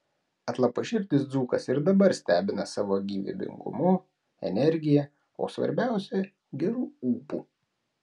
atlapaširdis dzūkas ir dabar stebina savo gyvybingumu energija o svarbiausia geru ūpu